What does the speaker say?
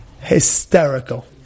hysterical